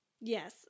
yes